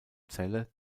zelle